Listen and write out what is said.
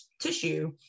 tissue